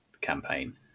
campaign